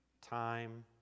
time